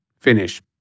finish